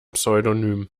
pseudonym